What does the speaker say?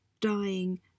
dying